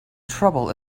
trouble